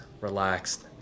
relaxed